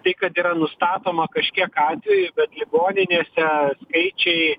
tai kad yra nustatoma kažkiek atvejų bet ligoninėse skaičiai